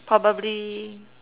probably